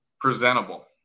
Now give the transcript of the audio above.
Presentable